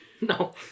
no